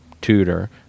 tutor